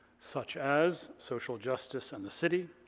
such as social justice and the city,